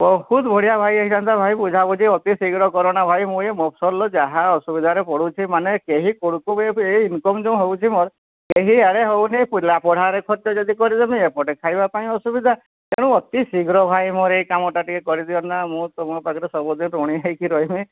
ବହୁତ ବଢିଆ ଭାଇ ହେଇଥାନ୍ତା ଭାଇ ବୁଝାବୁଝି ଅତି ଶୀଘ୍ର କରନା ଭାଇ ମୁଁ ଏ ମଫସଲରେ ଯାହା ଅସୁବିଧାରେ ପଡ଼ୁଛି ମାନେ କେହି କୁଳକୁ ଏଇ ଇନକମ୍ ଯେଉଁ ହେଉଛି ମୋର କେହିଆଡ଼େ ହେଉନି ପିଲା ପଢ଼ାରେ ଖର୍ଚ୍ଚ ଯଦି କରିଦେମି ଏପଟେ ଖାଇବା ପାଇଁ ଅସୁବିଧା ତେଣୁ ଅତିଶୀଘ୍ର ଭାଇ ମୋର ଏଇ କାମଟା ଟିକିଏ କରିଦିଆନା ମୁଁ ତୁମ ପାଖରେ ସବୁଦିନ ଋଣି ହେଇକି ରହିମି